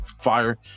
fire